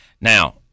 Now